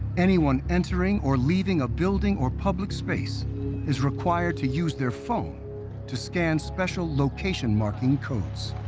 anyone entering or leaving a building or public space is required to use their phone to scan special location-marking codes.